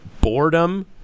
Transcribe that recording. boredom